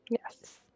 Yes